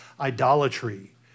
idolatry